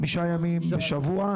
חמישה ימים בשבוע.